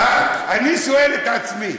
אני שואל את עצמי: